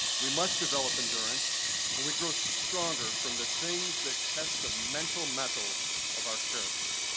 we must develop endurance and we grow stronger from the things that test the mental metal of our character.